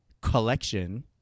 collection